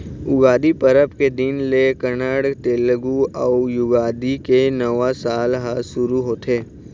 उगादी परब के दिन ले कन्नड़, तेलगु अउ युगादी के नवा साल ह सुरू होथे